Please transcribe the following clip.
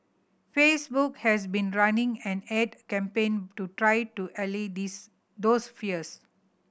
Facebook has been running an ad campaign to try to allay these those fears